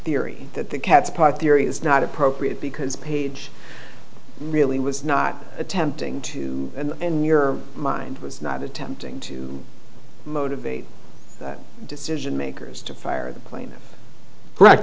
theory that the cat's part theory is not appropriate because paige really was not attempting to your mind was not attempting to motivate decision makers to fire the plaintiff correct